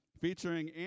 Featuring